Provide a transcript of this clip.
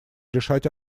решать